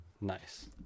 Nice